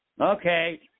Okay